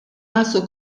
rasu